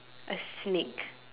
a snake